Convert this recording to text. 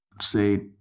say